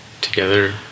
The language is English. together